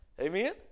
Amen